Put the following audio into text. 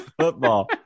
football